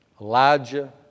Elijah